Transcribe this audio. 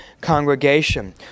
congregation